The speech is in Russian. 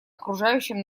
окружающим